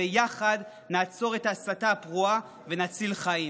ויחד נעצור את ההסתה הפרועה ונציל חיים.